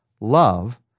love